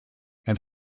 and